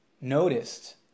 noticed